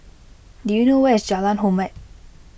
do you know where is Jalan Hormat